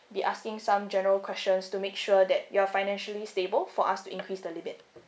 be asking some general question to make sure that you are financially stable for us to increase the limit